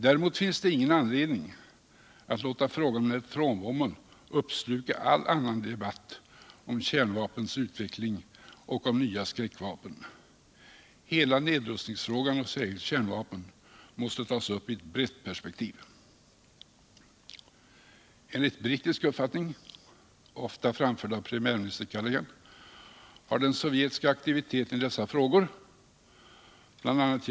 Däremot änns det ingen anledning att låta frågan om neutronbomben uppsluka all annan debatt om kärnvapnens utveckling och om nva skräckvapen. Hela nedrustningsfrågan och frågan om kärnvapnen måste tas upp i ett breu perspektiv. Enligt brittisk uppfattning, ofta framförd av premiärminister Callaghan, harden sovjetiska aktiviteten i dessa frågor —bl.a.